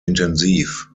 intensiv